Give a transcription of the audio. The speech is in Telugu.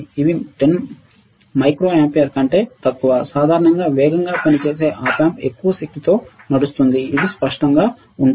అవి 10 మైక్రో ఆంపియర్ కంటే తక్కువ సాధారణంగా వేగంగా పనిచేసే Op amp ఎక్కువ శక్తితో నడుస్తుంది ఇది స్పష్టంగా ఉంటుంది